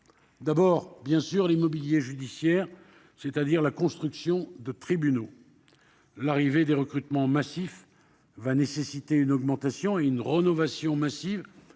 d'abord, bien sûr, de l'immobilier judiciaire, c'est-à-dire de la construction de tribunaux. Les recrutements massifs vont nécessiter une augmentation et une rénovation massives